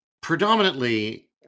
predominantly